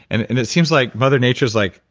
and and it seems like mother nature's like,